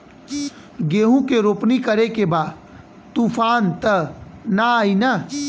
गेहूं के रोपनी करे के बा तूफान त ना आई न?